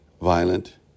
violent